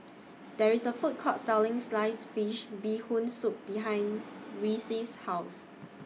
There IS A Food Court Selling Sliced Fish Bee Hoon Soup behind Reece's House